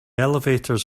elevators